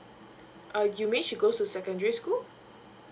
uh you mean she goes to secondary school